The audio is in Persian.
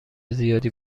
زیادی